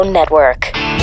Network